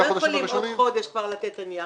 הם לא יכולים עוד חודש כבר לתת את הנייר,